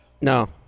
No